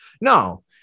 No